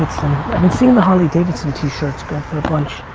i've been seeing the harley davidson t-shirts go for a bunch.